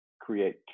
create